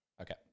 Okay